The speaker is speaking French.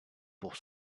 pour